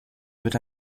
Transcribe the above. wird